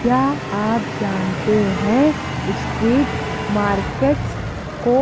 क्या आप जानते है स्ट्रीट मार्केट्स को